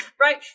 right